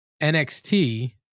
NXT